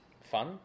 Fun